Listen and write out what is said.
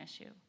issue